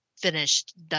finished